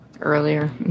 earlier